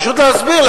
פשוט להסביר,